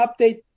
update